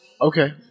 Okay